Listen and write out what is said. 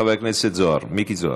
חבר הכנסת מיקי זוהר.